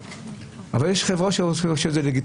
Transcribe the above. אבל יש מקומות שזה לגיטימי,